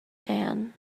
dan